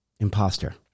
imposter